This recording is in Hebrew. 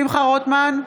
שמחה רוטמן,